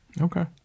okay